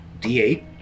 D8